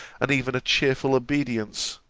and even a cheerful obedience